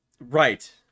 Right